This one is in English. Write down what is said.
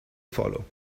follow